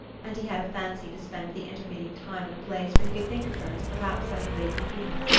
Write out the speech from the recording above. and he had a fancy to spend the intervening time in a place where he could think of her as perhaps having lately been.